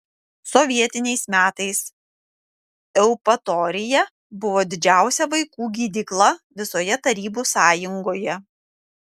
sovietiniais metais eupatorija buvo didžiausia vaikų gydykla visoje tarybų sąjungoje